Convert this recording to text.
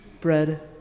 bread